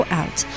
out